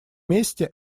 месте